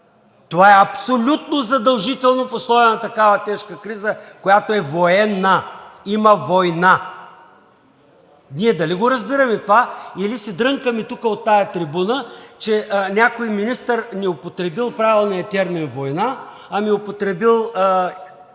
Това е абсолютно задължително в условия на такава тежка криза, която е военна – има война! Ние дали го разбираме това, или си дрънкаме тук от тази трибуна, че някой министър не употребил правилния термин война, ами употребил